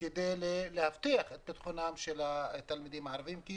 כדי להבטיח את ביטחון התלמידים הערבים כי